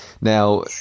Now